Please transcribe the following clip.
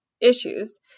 issues